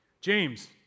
James